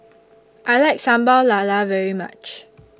I like Sambal Lala very much